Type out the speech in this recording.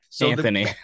Anthony